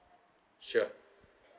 sure